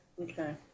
Okay